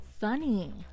Funny